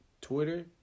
Twitter